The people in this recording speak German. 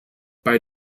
bei